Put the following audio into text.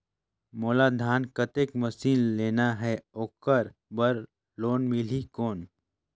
मोला धान कतेक मशीन लेना हे ओकर बार लोन मिलही कौन?